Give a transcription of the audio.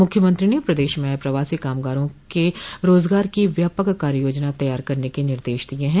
मुख्यमंत्री ने प्रदेश में आये प्रवासी कामगारों के रोजगार की व्यापक कार्य योजना तैयार करने के निर्देश दिये हैं